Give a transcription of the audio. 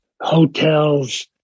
hotels